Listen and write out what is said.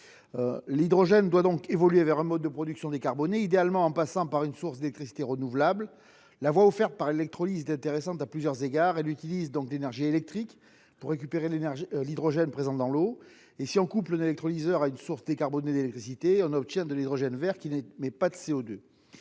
L'hydrogène doit évoluer vers un mode de production décarboné, idéalement en passant par une source d'électricité renouvelable. La voie offerte par l'électrolyse est intéressante à plusieurs égards. Elle utilise l'énergie électrique pour récupérer l'hydrogène présent dans l'eau. De plus, en couplant un électrolyseur à une source décarbonée d'électricité, l'on obtient de l'hydrogène vert, qui n'émet pas de CO2.